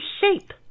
shape